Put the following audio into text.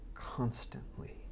constantly